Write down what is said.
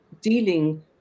dealing